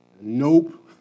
Nope